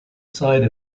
side